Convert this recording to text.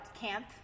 camp